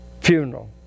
funeral